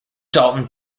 dalton